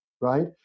right